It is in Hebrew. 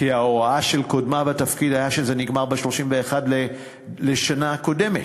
כי ההוראה של קודמה בתפקיד הייתה שזה נגמר ב-31 בשנה הקודמת,